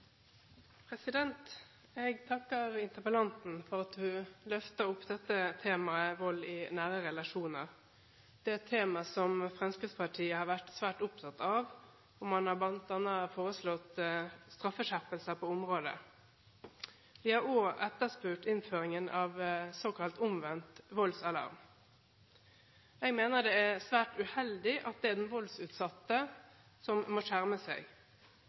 utfordringane. Jeg takker interpellanten for at hun løfter opp temaet vold i nære relasjoner. Det er et tema som Fremskrittspartiet har vært svært opptatt av. Man har bl.a. foreslått straffeskjerpelser på området. Vi har også etterspurt innføringen av såkalt omvendt voldsalarm. Jeg mener det er svært uheldig at det er den voldsutsatte som må skjerme seg.